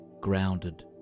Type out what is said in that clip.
grounded